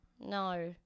No